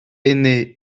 aînée